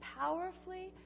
powerfully